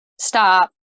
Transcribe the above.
stop